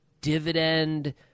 dividend